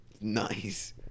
Nice